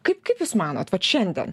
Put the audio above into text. kaip kaip jūs manot vat šiandien